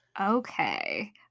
Okay